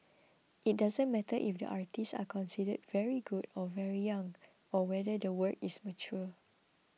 it doesn't matter if the artists are considered very good or very young or whether the work is mature